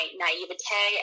naivete